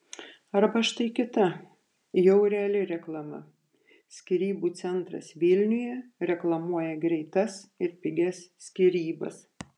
arba štai kita jau reali reklama skyrybų centras vilniuje reklamuoja greitas ir pigias skyrybas